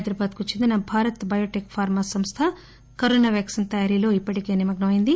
హైదరాబాద్కు చెందిన Bharat biotech pharma సంస్ట కరోనా వ్యాక్పిస్ తయారీలో నిమగ్సమైంది